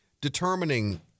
determining